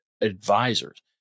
advisors